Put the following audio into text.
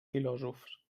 filòsofs